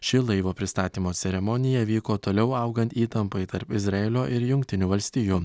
ši laivo pristatymo ceremonija vyko toliau augant įtampai tarp izraelio ir jungtinių valstijų